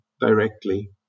directly